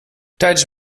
tijdens